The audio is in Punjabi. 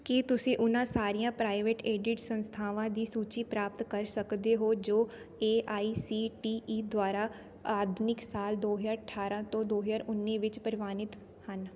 ਕੀ ਤੁਸੀਂ ਉਹਨਾਂ ਸਾਰੀਆਂ ਪ੍ਰਾਈਵੇਟ ਏਡਿਡ ਸੰਸਥਾਵਾਂ ਦੀ ਸੂਚੀ ਪ੍ਰਾਪਤ ਕਰ ਸਕਦੇ ਹੋ ਜੋ A I C T E ਦੁਆਰਾ ਆਦਮਿਕ ਸਾਲ ਦੋ ਹਜ਼ਾਰ ਅਠਾਰ੍ਹਾਂ ਤੋਂ ਦੋ ਹਜ਼ਾਰ ਉੱਨੀ ਵਿੱਚ ਪ੍ਰਵਾਨਿਤ ਹਨ